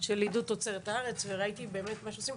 של עידוד תוצרת הארץ, וראיתי באמת מה שעושים.